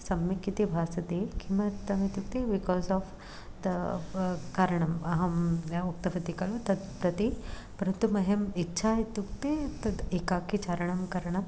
सम्यक् इति भासते किमर्थम् इत्युक्ते बिकास् आफ़् द कारणम् अहं या उक्तवती खलु तत् प्रति परन्तु मह्यम् इच्छा इत्युक्ते तत् एकाकी चारणं करणं